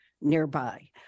nearby